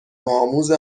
نوآموز